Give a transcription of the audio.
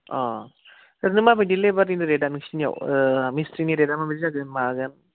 अ ओरैनो माबायदि लेबारनि रेटआ नोंसिनियाव मिस्ट्रिनि रेटआ माबायदि जागोन माबागोन